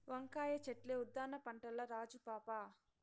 వంకాయ చెట్లే ఉద్దాన పంటల్ల రాజు పాపా